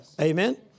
Amen